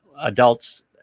Adults